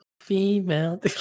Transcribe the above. female